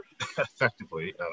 effectively